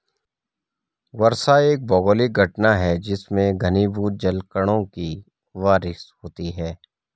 वर्षा एक भौगोलिक घटना है जिसमें घनीभूत जलकणों की बारिश होती है